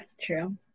True